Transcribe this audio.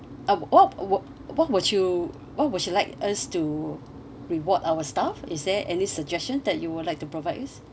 uh what would what would you what would you like us to reward our staff is there any suggestion that you would like to provide us